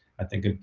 i think, ah